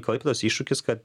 klaipėdos iššūkis kad